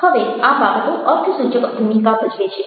હવે આ બાબતો અર્થસૂચક ભૂમિકા ભજવે છે